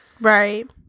Right